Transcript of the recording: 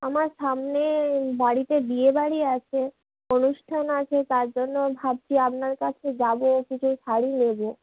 আমার সামনে বাড়িতে বিয়েবাড়ি আছে অনুষ্ঠান আছে তার জন্য ভাবছি আপনার কাছে যাবো কিছু শাড়ি নেবো